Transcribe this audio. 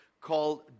called